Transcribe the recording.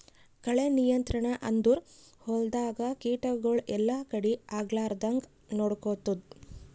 ಕಳೆ ನಿಯಂತ್ರಣ ಅಂದುರ್ ಹೊಲ್ದಾಗ ಕೀಟಗೊಳ್ ಎಲ್ಲಾ ಕಡಿ ಆಗ್ಲಾರ್ದಂಗ್ ನೊಡ್ಕೊತ್ತುದ್